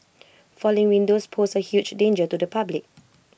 falling windows pose A huge danger to the public